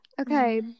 okay